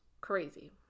crazy